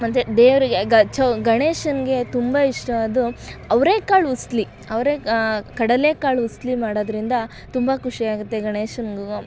ಮತ್ತು ದೇವರಿಗೆ ಗ ಚೌ ಗಣೇಶನಿಗೆ ತುಂಬ ಇಷ್ಟವಾದ್ದು ಅವ್ರೇಕಾಳು ಉಸ್ಲಿ ಅವ್ರೇಕಾಳು ಕಡಲೆಕಾಳು ಉಸ್ಲಿ ಮಾಡೋದರಿಂದ ತುಂಬ ಖುಷಿಯಾಗುತ್ತೆ ಗಣೇಶನಿಗೂ